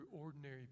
ordinary